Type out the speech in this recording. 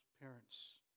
parents